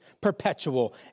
perpetual